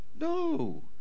No